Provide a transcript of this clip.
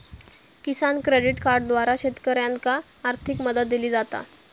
किसान credit कार्डद्वारा शेतकऱ्यांनाका आर्थिक मदत दिली जाता